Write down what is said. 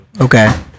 Okay